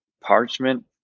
parchment